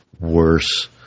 worse